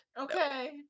Okay